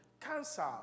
cancer